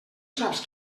saps